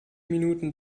minuten